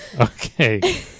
okay